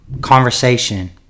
conversation